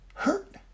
hurt